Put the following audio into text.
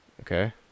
okay